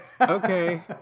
Okay